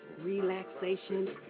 relaxation